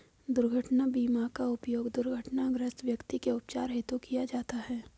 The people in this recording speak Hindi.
दुर्घटना बीमा का उपयोग दुर्घटनाग्रस्त व्यक्ति के उपचार हेतु किया जाता है